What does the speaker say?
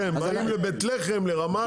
כן, באים לבית לחם, לרמאללה.